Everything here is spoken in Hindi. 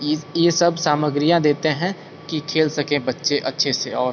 ये ये सब सामग्रियाँ देते हैं कि खेल सकें बच्चे अच्छे से और